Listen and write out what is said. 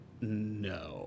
No